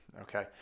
Okay